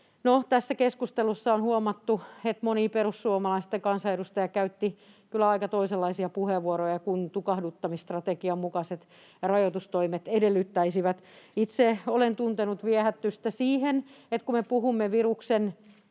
tässä keskustelussa on huomattu, että moni perussuomalaisten kansanedustaja käytti kyllä aika toisenlaisia puheenvuoroja kuin tukahduttamisstrategian mukaiset rajoitustoimet edellyttäisivät. Itse olen tuntenut viehätystä siihen, että kun me puhumme viruksen